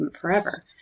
forever